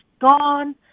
gone